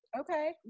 okay